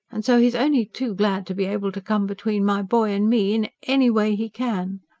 and so he's only too glad to be able to come between my boy and me. in any way he can.